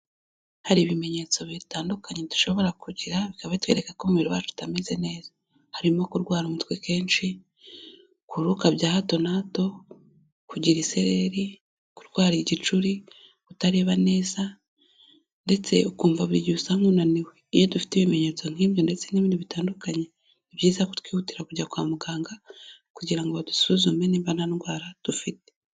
Hari ibimenyetso bitandukanye dushobora kugira bikaba bitwereka ko umubiri wacu utameze neza. Harimo kurwara umutwe kenshi, kuruka bya hato na hato, kugira isereri, kurwara igicuri, kutareba neza ndetse ukumva buri gihe usa nk'unaniwe. Iyo dufite ibimenyetso nk'ibyo ndetse n'ibindi bitandukanye, ni byiza ko twihutira kujya kwa muganga kugira ngo badusuzume niba nta ndwara dufite.